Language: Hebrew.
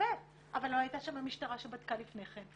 שופט אבל לא הייתה שם משטרה שבדקה לפני כן,